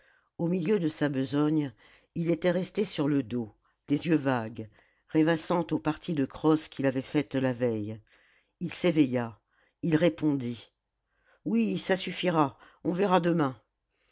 au milieu de sa besogne il était resté sur le dos les yeux vagues rêvassant aux parties de crosse qu'il avait faites la veille il s'éveilla il répondit oui ça suffira on verra demain